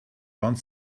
wand